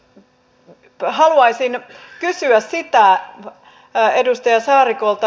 elikkä haluaisin kysyä edustaja saarikolta